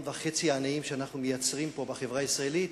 עניים שאנחנו מייצרים פה בחברה הישראלית,